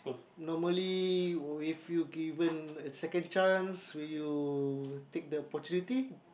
normally if you given a second chance will you take the opportunity